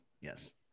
yes